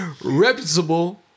reputable